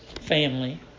family